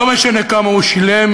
לא משנה כמה הוא שילם,